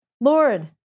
Lord